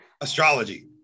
astrology